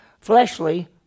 fleshly